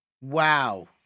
Wow